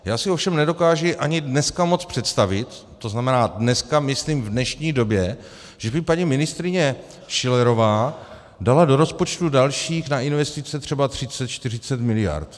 Já si ovšem nedokážu ani dneska moc představit, to znamená dneska myslím v dnešní době, že by paní ministryně Schillerová dala do rozpočtu na investice dalších třeba 30, 40 mld.